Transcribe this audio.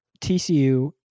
TCU